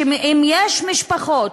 יש משפחות,